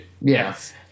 Yes